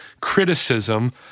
criticism